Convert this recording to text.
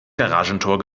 garagentor